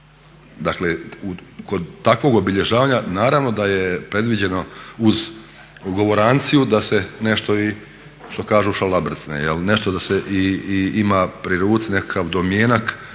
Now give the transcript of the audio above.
Dakle kod takvog obilježavanja naravno da je predviđeno uz govoranciju da se nešto i što kaže šalabrcne jel, nešto da se ima pri ruci nekakav domjenak